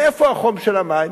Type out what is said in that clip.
מאיפה החום של המים?